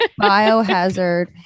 biohazard